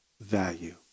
value